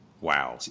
Wow